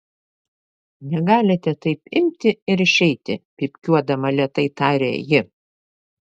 negalite taip imti ir išeiti pypkiuodama lėtai tarė ji